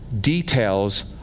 Details